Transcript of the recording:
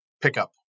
pickup